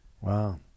Wow